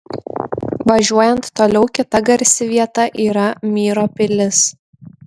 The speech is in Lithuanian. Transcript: važiuojant toliau kita garsi vieta yra myro pilis